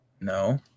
No